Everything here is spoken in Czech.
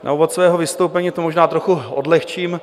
Na úvod svého vystoupení to možná trochu odlehčím.